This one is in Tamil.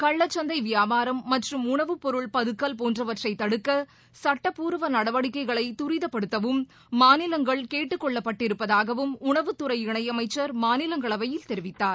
கள்ளச்சந்தை வியாபாரம் மற்றும் உணவுப் பொருள் பதுக்கல் போன்றவற்றை தடுக்க சுட்டப்பூர்வ நடவடிக்கைகளை தரிதப்படுத்தவும் மாநிலங்கள் கேட்டுக் கொள்ளப்பட்டிருப்பதாகவும் உணவுத் துறை இணை அமைச்சர் மாநிலங்களவையில் தெரிவித்தார்